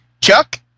Chuck